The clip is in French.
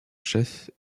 chef